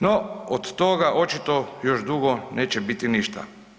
No od toga očito još dugo neće biti ništa.